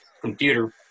computer